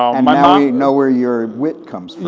um ah um know where your wit comes from.